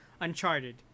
Uncharted